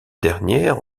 dernière